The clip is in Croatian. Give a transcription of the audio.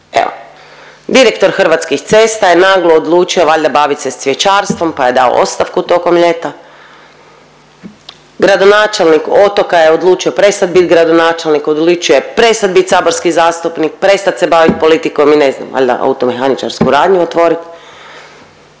Evo, direktor Hrvatskih cesta je naglo odlučio valjda bavit se s cvjećarstvom pa je dao ostavku tokom ljeta, gradonačelnik Otoka je odlučio je prestat bit gradonačelnik, odlučio je prestat bit saborski zastupnik, prestat se bavit politikom i ne znam valjda automehaničarsku radnju otvorit.